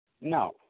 No